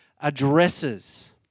addresses